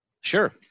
Sure